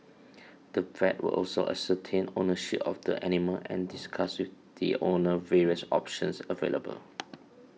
the vet would also ascertain ownership of the animal and discuss with the owner various options available